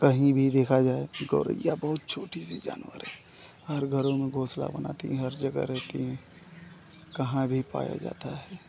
कहीं भी देखा जाए गौरय्या बहुत छोटी सी जानवर हैं हर घरों में घोंसला बनाती हर जगह रहेती हैं कहीं भी पाया जाता है